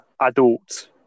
adult